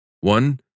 One